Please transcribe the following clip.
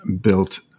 built